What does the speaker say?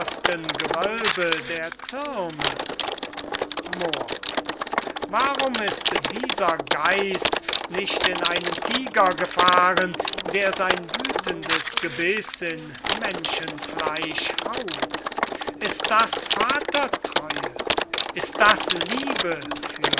gewölbe der thürme moor warum ist dieser geist nicht in einen tyger gefahren der sein wüthendes gebiß in menschenfleisch haut ist das vatertreue ist das liebe